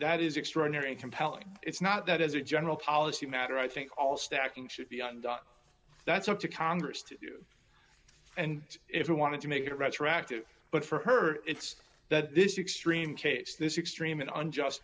that is extraordinary compelling it's not that as a general policy matter i think all stacking should be undone that's up to congress to do and if we wanted to make it retroactive but for her it's that this extreme case this extreme and unjust